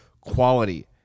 quality